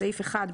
בסעיף 1,